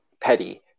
petty